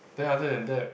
then other than that